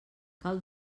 cal